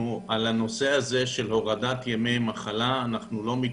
נושא הורדת ימי מחלה אנחנו לא מתפשרים.